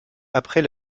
après